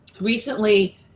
Recently